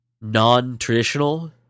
non-traditional